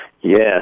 Yes